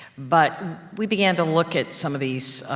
but we began to look at some of these,